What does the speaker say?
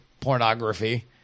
pornography